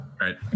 Right